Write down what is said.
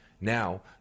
Now